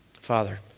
Father